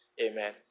Amen